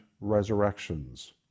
resurrections